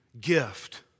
gift